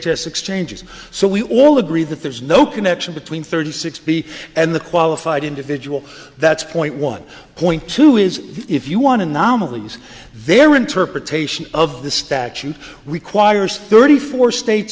s exchanges so we all agree that there is no connection between thirty six b and the qualified individual that's point one point two is if you want anomalies their interpretation of the statute requires thirty four states